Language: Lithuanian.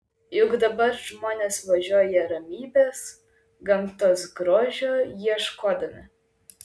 juk dabar žmonės važiuoja ramybės gamtos grožio ieškodami